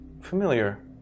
familiar